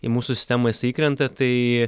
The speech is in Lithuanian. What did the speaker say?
į mūsų sistemą jis įkrenta tai